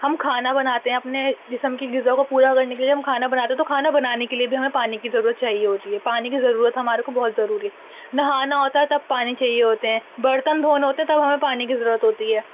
ہم کھانا بناتے ہیں اپنے جسم کی غذا کو پورا کرنے کے لیے ہم کھانا بناتے ہیں تو کھانا بنانے کے لیے بھی ہمیں پانی کی ضرورت چاہیے ہوتی ہے پانی کی ضرورت ہمارے کو بہت ضروری نہانا ہوتا ہے تب پانی چاہیے ہوتے ہیں برتن دھونے ہوتے ہیں تب ہمیں پانی کی ضرورت ہوتی ہے